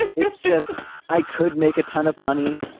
it's just i could make a ton of money.